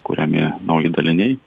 kuriami nauji daliniai